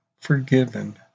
forgiven